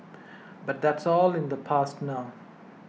but that's all in the past now